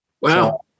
Wow